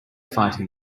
fighting